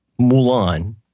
Mulan